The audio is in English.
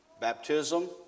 baptism